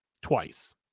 twice